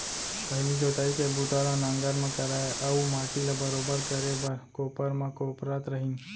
पहिली जोतई के बूता ल नांगर म करय अउ माटी ल बरोबर करे बर कोपर म कोपरत रहिन